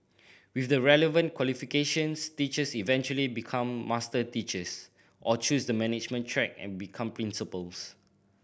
with the relevant qualifications teachers eventually become master teachers or choose the management track and become principals